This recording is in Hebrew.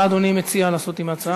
מה אדוני מציע לעשות עם ההצעה?